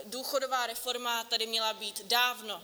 Důchodová reforma tady měla být dávno.